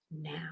now